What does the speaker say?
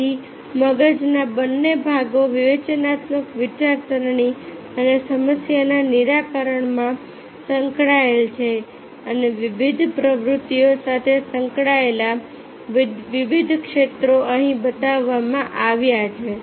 તેથી મગજના બંને ભાગો વિવેચનાત્મક વિચારસરણી અને સમસ્યાના નિરાકરણમાં સંકળાયેલા છે અને વિવિધ પ્રવૃત્તિઓ સાથે સંકળાયેલા વિવિધ ક્ષેત્રો અહીં બતાવવામાં આવ્યા છે